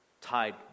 tied